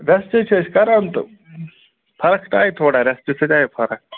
rest ہَے چھِ أسۍ کران تہٕ فرق تہٕ آیہِ تھوڑا رٮ۪سٹ سۭتۍ آے فرق